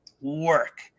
work